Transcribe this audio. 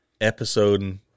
episode